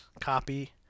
copy